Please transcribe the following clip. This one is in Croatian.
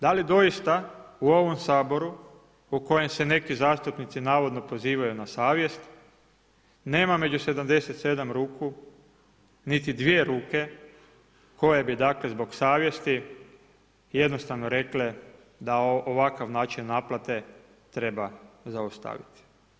Da li doista u ovom Saboru u kojem se neki zastupnici navodno pozivaju na savjest, nema među 77 ruku niti 2 ruke koje bi dakle zbog savjesti jednostavno rekle da ovakav način naplate treba zaustavit?